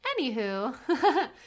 Anywho